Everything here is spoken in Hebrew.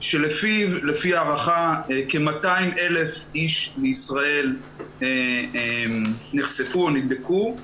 שלפי ההערכה כ-200,000 איש בישראל נחשפו או נדבקו,